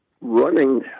running